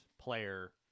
player